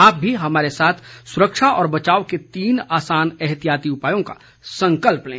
आप भी हमारे साथ सुरक्षा और बचाव के तीन आसान एहतियाती उपायों का संकल्प लें